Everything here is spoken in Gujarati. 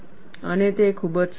અને તે ખૂબ જ સરળ છે